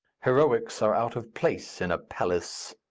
heroics are out of place in a palace.